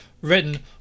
written